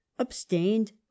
abstained